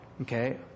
okay